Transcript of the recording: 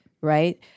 Right